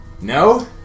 No